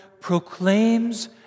proclaims